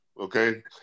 okay